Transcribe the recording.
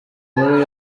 muri